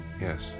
Yes